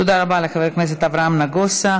תודה רבה לחבר הכנסת אברהם נגוסה.